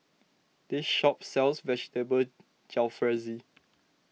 this shop sells Vegetable Jalfrezi